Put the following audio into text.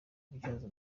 kubyaza